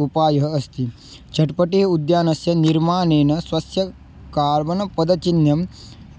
उपायः अस्ति चट्पटि उद्यानस्य निर्माणेन स्वस्य कार्बनपदचिह्नं